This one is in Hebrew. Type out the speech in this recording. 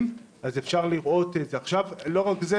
כנראה לא בטעות --- כן,